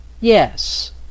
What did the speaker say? Yes